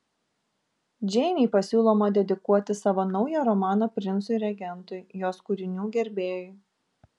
džeinei pasiūloma dedikuoti savo naują romaną princui regentui jos kūrinių gerbėjui